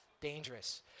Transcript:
Dangerous